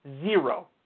Zero